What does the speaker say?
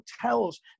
hotels